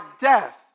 death